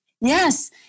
yes